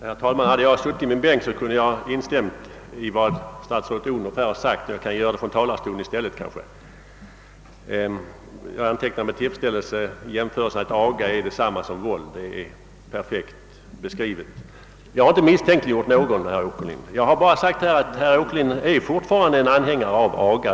Herr talman! Hade jag suttit i min bänk kunde jag ha instämt i vad statsrådet Odhnoff sade, men jag kan göra det från talarstolen i stället. Jag antecknade med tillfredsställelse att hon sade att aga är detsamma som våld — det är perfekt beskrivet. Jag har inte misstänkliggjort någon, herr Åkerlind, jag har bara sagt att herr Åkerlind fortfarande är anhängare av aga.